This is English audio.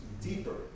deeper